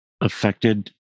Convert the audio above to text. affected